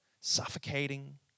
suffocating